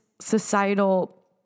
societal